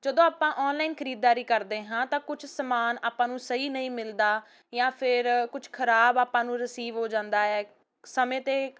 ਜਦੋਂ ਆਪਾਂ ਆਨਲਾਈਨ ਖਰੀਦਦਾਰੀ ਕਰਦੇ ਹਾਂ ਤਾਂ ਕੁਛ ਸਮਾਨ ਆਪਾਂ ਨੂੰ ਸਹੀ ਨਹੀਂ ਮਿਲਦਾ ਜਾਂ ਫਿਰ ਕੁਛ ਖਰਾਬ ਆਪਾਂ ਨੂੰ ਰਿਸੀਵ ਹੋ ਜਾਂਦਾ ਹੈ ਸਮੇਂ 'ਤੇ